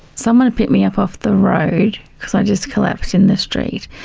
someone picked me up off the road because i just collapsed in the street,